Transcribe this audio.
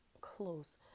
close